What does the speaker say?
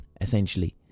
essentially